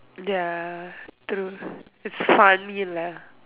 ya true it's funny lah